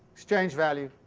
exchange-value,